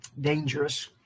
dangerous